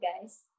guys